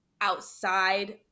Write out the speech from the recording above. outside